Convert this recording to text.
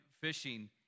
fishing